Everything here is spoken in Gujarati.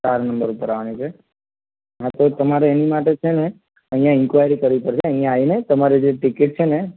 ચાર નંબર ઉપર આવવાની છે હા તો તમારે એની માટે છે ને અહીંયા ઇન્ક્વાયરી કરવી પડશે અહીંયા આવીને તમારી જે ટિકિટ છે ને